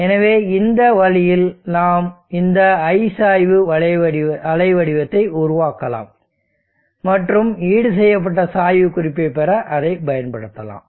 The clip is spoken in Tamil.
எனவே இந்த வழியில் நாம் இந்த I சாய்வு அலைவடிவத்தை உருவாக்கலாம் மற்றும் ஈடுசெய்யப்பட்ட சாய்வு குறிப்பைப் பெற அதைப் பயன்படுத்தலாம்